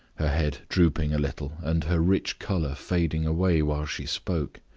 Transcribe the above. her head drooping a little, and her rich color fading away while she spoke.